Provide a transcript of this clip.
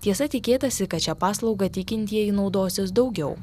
tiesa tikėtąsi kad šia paslauga tikintieji naudosis daugiau